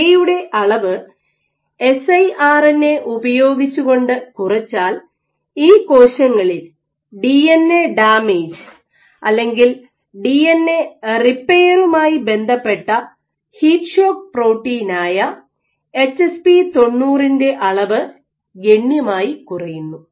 lamin A യുടെ അളവ് S I R N A ഉപയോഗിച്ചുകൊണ്ട് കുറച്ചാൽ ഈ കോശങ്ങളിൽ ഡിഎൻഎ ഡാമേജ് അല്ലെങ്കിൽ ഡിഎൻഎ റിപ്പയറുമായി ആയി ബന്ധപ്പെട്ട ഹീറ്റ് ഷോക്ക് പ്രോട്ടീൻ ആയ എച്ച്എസ്പി 90 ന്റെ അളവ് ഗണ്യമായി കുറയുന്നു